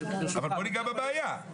אבל בוא ניגע בבעיה.